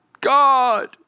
God